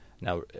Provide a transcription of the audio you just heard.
now